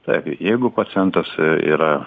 taip jeigu pacientas yra